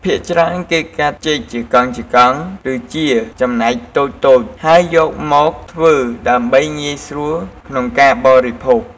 ភាគច្រើនគេកាត់ចេកជាកង់ៗ ឬជាចំណែកតូចៗ ហើយយកមកធ្វើ ដើម្បីងាយស្រួលក្នុងការបរិភោគ។